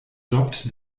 jobbt